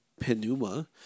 Penuma